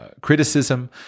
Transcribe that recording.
criticism